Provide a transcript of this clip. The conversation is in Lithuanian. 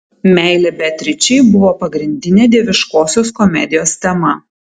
meilė beatričei buvo pagrindinė dieviškosios komedijos tema